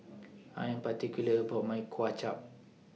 I Am particular about My Kuay Chap